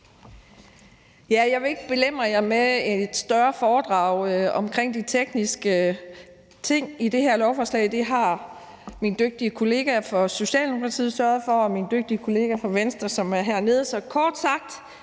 Jeg vil ikke belemre jer med et større foredrag omkring de tekniske ting i det her lovforslag. Det har mine dygtige kollegaer fra Socialdemokratiet og Venstre sørget for. Så kort sagt